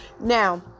Now